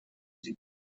die